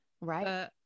Right